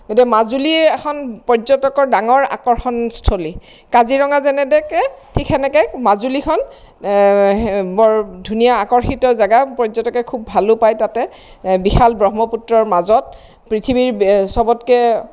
এতিয়া মাজুলী এখন পৰ্যটকৰ এখন ডাঙৰ আকৰ্ষণস্থলী কাজিৰঙা যেনেদেকে ঠিক সেনেকৈ মাজুলীখন বৰ ধুনীয়া আকৰ্ষিত জেগা পৰ্যটকে খুব ভালো পায় তাতে বিশাল ব্ৰহ্মপুত্ৰৰ মাজত পৃথিৱীৰ চবতকৈ